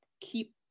keep